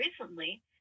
recently